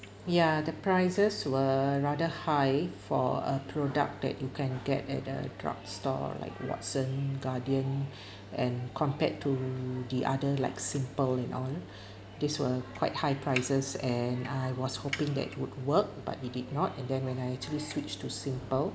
ya the prices were rather high for a product that you can get at a drug store like watson guardian and compared to the other like simple and all these were quite high prices and I was hoping that would work but it did not and then when I actually switch to simple